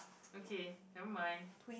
okay never mind